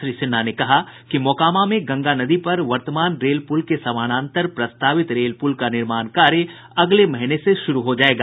श्री सिन्हा ने कहा कि मोकामा में गंगा नदी पर वर्तमान रेल पुल के समानांतर प्रस्तावित रेल पुल का निर्माण कार्य अगले महीने से शुरू हो जायेगा